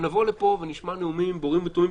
ונבוא לפה ונשמע נאומים באורים ותומים,